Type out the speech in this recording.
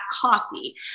coffee